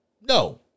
No